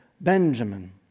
Benjamin